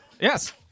Yes